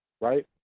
right